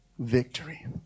victory